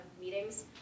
meetings